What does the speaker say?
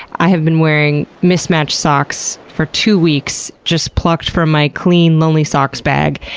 i have been wearing mismatched socks for two weeks, just plucked from my clean lonely socks bag,